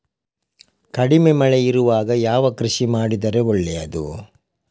ಕಡಿಮೆ ಮಳೆ ಇರುವಾಗ ಯಾವ ಕೃಷಿ ಮಾಡಿದರೆ ಒಳ್ಳೆಯದು?